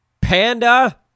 Panda